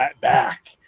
back